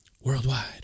Worldwide